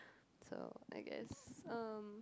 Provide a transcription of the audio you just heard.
so I guess um